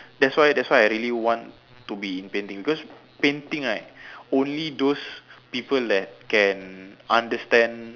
that's why that's why I really want to be in painting because painting right only those people that can understand